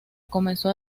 comenzó